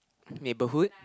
neighbourhood